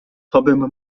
tobym